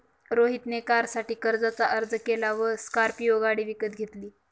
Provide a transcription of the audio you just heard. रोहित ने कारसाठी कर्जाचा अर्ज केला व स्कॉर्पियो गाडी विकत घेतली